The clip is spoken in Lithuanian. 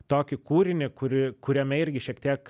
tokį kūrinį kuri kuriame irgi šiek tiek